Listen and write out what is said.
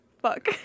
Fuck